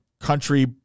country